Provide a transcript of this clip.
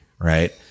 Right